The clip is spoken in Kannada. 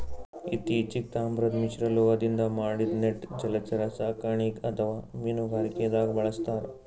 ಇತ್ತಿಚೀಗ್ ತಾಮ್ರದ್ ಮಿಶ್ರಲೋಹದಿಂದ್ ಮಾಡಿದ್ದ್ ನೆಟ್ ಜಲಚರ ಸಾಕಣೆಗ್ ಅಥವಾ ಮೀನುಗಾರಿಕೆದಾಗ್ ಬಳಸ್ತಾರ್